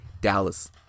Dallas